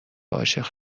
عاشق